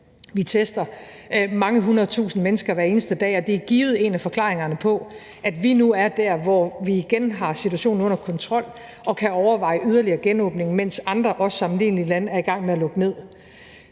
Vi tester mange hundredetusinde mennesker hver eneste dag, og det er givet en af forklaringerne på, at vi nu er der, hvor vi igen har situationen under kontrol og kan overveje yderligere genåbning, mens andre, også sammenlignelige lande, er i gang med at lukke ned.